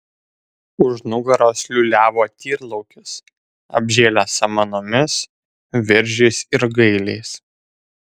už nugaros liūliavo tyrlaukis apžėlęs samanomis viržiais ir gailiais